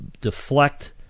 deflect